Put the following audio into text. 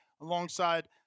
alongside